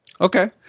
okay